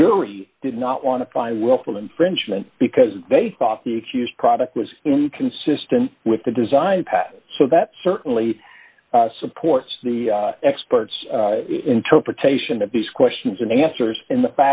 jury did not want to find willful infringement because they thought the accused product was inconsistent with the design pattern so that certainly supports the experts interpretation of these questions and answers and the